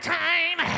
time